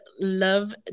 love